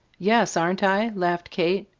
yes, aren't i? laughed kate.